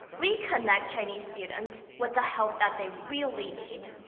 we connect chinese students with the help that they really need.